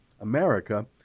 America